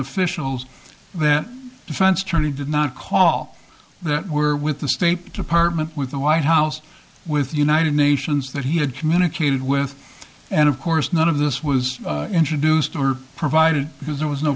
officials that defense attorney did not call that were with the state department with the white house with the united nations that he had communicated with and of course none of this was introduced or provided because there was no